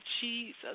Jesus